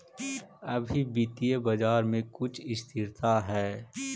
अभी वित्तीय बाजार में कुछ स्थिरता हई